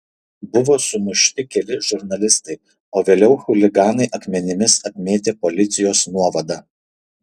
buvo sumušti keli žurnalistai o vėliau chuliganai akmenimis apmėtė policijos nuovadą